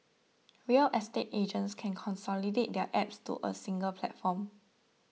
real estate agents can consolidate their apps to a single platform